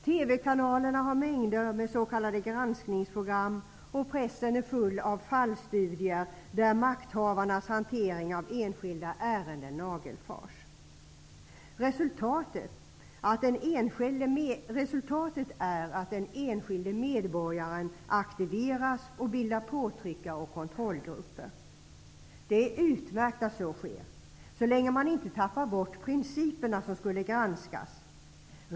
TV-kanalerna har mängder av s.k. granskningsprogram, och pressen är full av fallstudier där makthavarnas hantering av enskilda ärenden nagelfars. Resultat blir att den enskilde medborgaren aktiveras och bildar påtryckar och kontrollgrupper. Det är utmärkt att så sker så länge man inte tappar bort de principer som skall granskas.